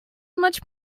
much